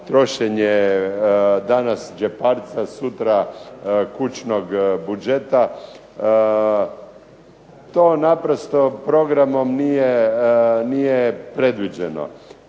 trošenje danas džeparca sutra kućnog budžeta. To naprosto programom nije predviđeno.